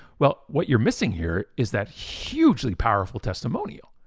well, what you're missing here is that hugely powerful testimonial.